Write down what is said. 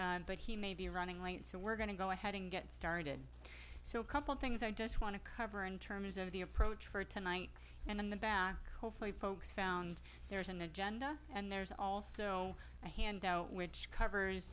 mark but he may be running late so we're going to go ahead and get started so a couple things i just want to cover in terms of the approach for tonight and then the back hopefully folks found there's an agenda and there's also a handout which covers